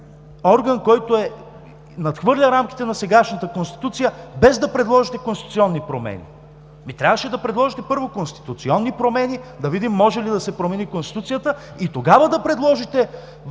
орган, който надхвърля рамките на сегашната Конституция, без да предложите конституционни промени. Трябваше да предложите първо конституционни промени, за да видим може ли да се промени Конституцията и тогава да предложите